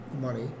money